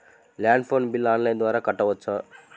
Land phone bill online ద్వారా కట్టుకోవచ్చు?